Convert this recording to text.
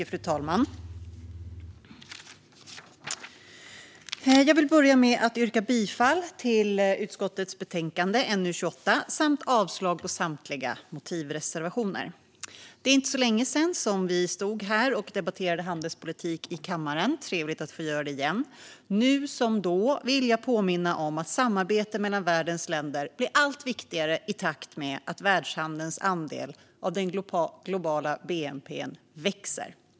Fru talman! Jag vill börja med att yrka bifall till utskottets förslag i utlåtandet, NU28, samt avslag på samtliga motivreservationer. Det är inte länge sedan vi stod här och debatterade handelspolitik i kammaren. Det är trevligt att få göra det igen. Nu som då vill jag påminna om att samarbete mellan världens länder blir allt viktigare i takt med att världshandelns andel av den globala bnp:n växer.